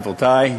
חברותי,